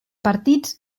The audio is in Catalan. partits